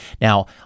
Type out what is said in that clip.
now